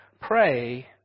Pray